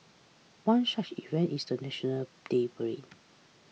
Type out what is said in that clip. one such event is the National Day parade